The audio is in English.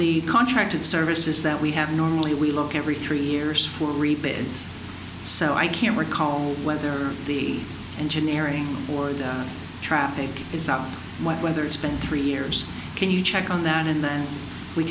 the contract it services that we have normally we look every three years for rebids so i can't recall whether the engineering or traffic is out whether it's been three years can you check on that and then we